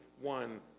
one